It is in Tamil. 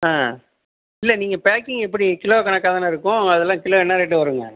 ஆ இல்லை நீங்கள் பேக்கிங் எப்படி கிலோ கணக்காக தானே இருக்கும் அதெல்லாம் கிலோ என்ன ரேட்டு வருங்க